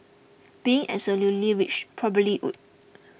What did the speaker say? being absolutely rich probably would